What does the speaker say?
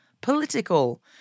political